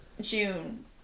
June